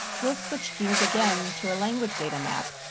we'll switch gears again to a language data map.